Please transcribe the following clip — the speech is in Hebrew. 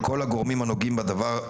של כל הגורמים הנוגעים בדבר,